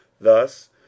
thus